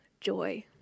joy